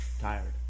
tired